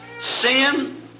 sin